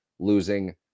losing